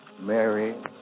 Mary